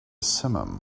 simum